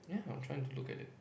ya I'm trying to look at it